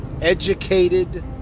educated